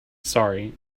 sorry